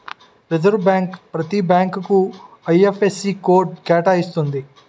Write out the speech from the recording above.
reserve bank ప్రతి బ్యాంకుకు IFSC code కేటాయిస్తుంది